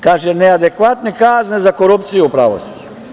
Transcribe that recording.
Kaže neadekvatne kazne za korupciju u pravosuđu.